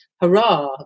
hurrah